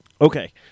Okay